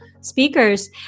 speakers